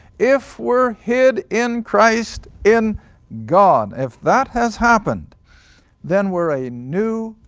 if we're hid in christ in god, if that has happened then we're a new.